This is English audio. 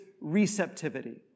receptivity